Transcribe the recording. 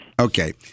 Okay